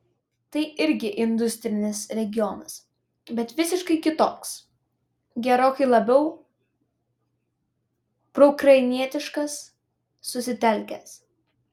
tai irgi industrinis regionas bet visiškai kitoks gerokai labiau proukrainietiškas susitelkęs